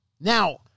Now